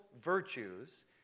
virtues